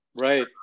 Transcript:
Right